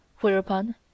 Whereupon